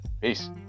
Peace